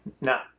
No